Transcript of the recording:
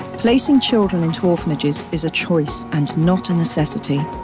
placing children into orphanages is a choice and not a necessity.